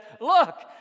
Look